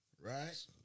Right